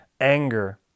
anger